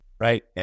right